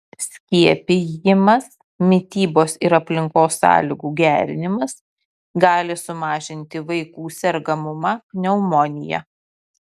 skiepijimas mitybos ir aplinkos sąlygų gerinimas gali sumažinti vaikų sergamumą pneumonija